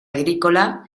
agrícola